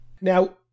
Now